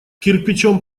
кирпичом